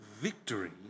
victory